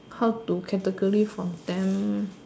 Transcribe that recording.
how to category from ten